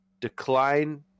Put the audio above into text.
Decline